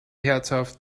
herzhaft